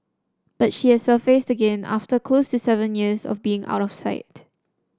but she has surfaced again after close to seven years of being out of sight